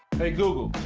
hey, google,